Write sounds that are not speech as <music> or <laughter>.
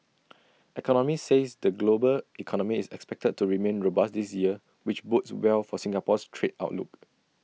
<noise> economists says the global economy is expected to remain robust this year which bodes well for Singapore's trade outlook